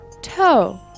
Toe